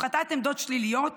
הפחתת עמדות שליליות